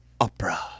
Opera